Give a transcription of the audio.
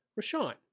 Rashawn